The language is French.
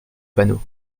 panneau